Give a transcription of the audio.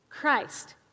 Christ